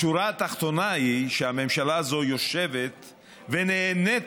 השורה התחתונה היא שהממשלה הזאת יושבת ונהנית